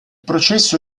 processo